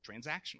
transactional